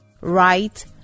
Right